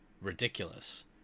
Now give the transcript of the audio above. ridiculous